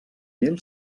mil